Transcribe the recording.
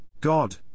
God